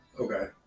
Okay